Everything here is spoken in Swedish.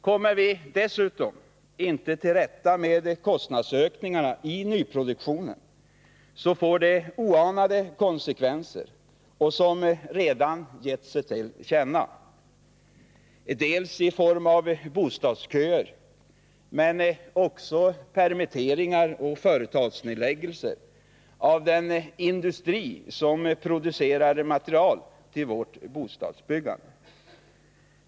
Kommer vi dessutom inte till rätta med kostnadsökningarna i nyproduktionen, så får det oanade konsekvenser, som redan gett sig till känna dels i form av bostadsköer, dels också i permitteringar och nedläggning av företag inom den industri som producerar material till vårt bostadsbyggande.